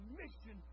mission